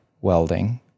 welding